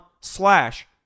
slash